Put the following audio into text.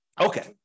Okay